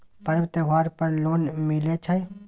पर्व त्योहार पर लोन मिले छै?